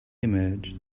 emerged